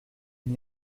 n’y